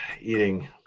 eating